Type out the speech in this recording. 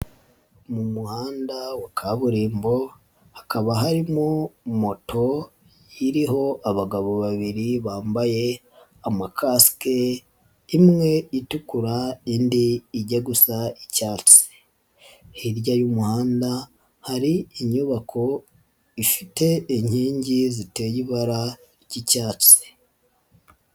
Mu muhanda wa kaburimbo hakaba harimo moto iriho abagabo babiri bambaye amakasike imwe itukura indi ijya gusa icyatsi, hirya y'umuhanda hari inyubako ifite inkingi ziteye ibara ry'icyatsi.